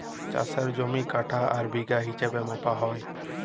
চাষের জমি কাঠা আর বিঘা হিছাবে মাপা হ্যয়